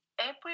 April